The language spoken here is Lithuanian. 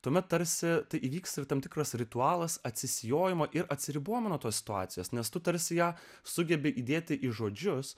tuomet tarsi tai įvyks ir tam tikras ritualas atsisijojome ir atsiribojome nuo tos situacijos nes tu tarsi ją sugebi įdėti į žodžius